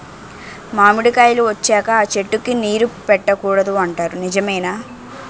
మామిడికాయలు వచ్చాక అ చెట్టుకి నీరు పెట్టకూడదు అంటారు నిజమేనా?